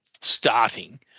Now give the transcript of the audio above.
starting